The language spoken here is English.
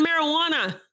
marijuana